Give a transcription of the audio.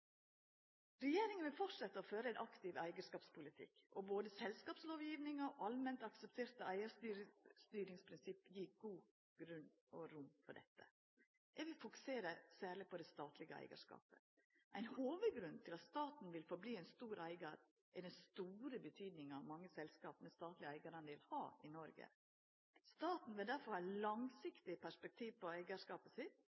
Regjeringa vil fortsetja å føra ein aktiv eigarskapspolitikk. Både selskapslovgivinga og allment aksepterte eigarstyringsprinsipp gjev god grunn og rom for dette. Eg vil fokusera særleg på den statlege eigarskapen. Ein hovudgrunn til at staten vil halda fram med å vera ein stor eigar, er den store betydinga mange selskap med statleg eigardel har i Noreg. Staten vil derfor ha